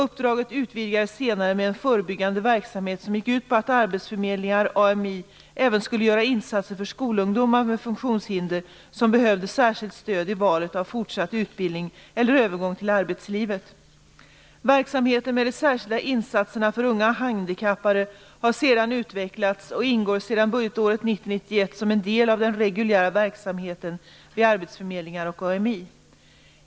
Uppdraget utvidgades senare med en förebyggande verksamhet som gick ut på att arbetsförmedlingar 91 som en del av den reguljära verksamheten vid arbetsförmedlingar och AMI.